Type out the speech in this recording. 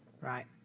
right